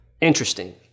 Interesting